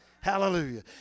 Hallelujah